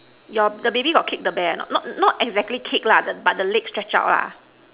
your the baby got kick the bear or not not not exactly kick lah the but the leg stretch out lah